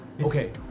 Okay